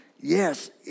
Yes